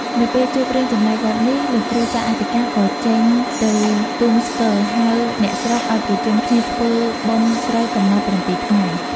នៅពេលជួបរឿងចម្លែកបែបនេះ លោកគ្រូចៅអធិការ ក៏ចេញ ទៅទូងស្គរ ហៅអ្នកស្រុកឲ្យប្រជុំគ្នាធ្វើបុណ្យស្រូវកំណត់ ៧ ថ្ងៃ ។